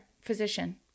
physician